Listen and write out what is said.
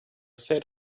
fed